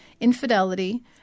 infidelity